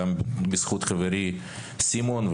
וזאת גם בזכות חברי סימון,